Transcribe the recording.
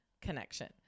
connection